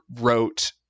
wrote